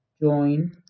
join